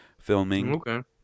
filming